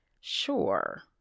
sure